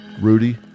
Rudy